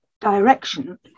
direction